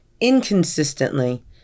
inconsistently